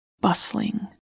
bustling